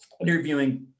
interviewing